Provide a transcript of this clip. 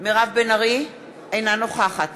אינה נוכחת